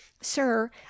sir